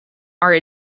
are